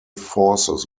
forces